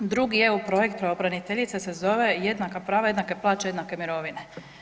Drugi EU projekt pravobraniteljice se zove „jednaka prava, jednake plaće, jednake mirovine“